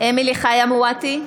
אמילי חיה מואטי,